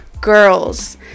girls